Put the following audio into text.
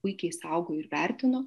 puikiai saugojo ir vertino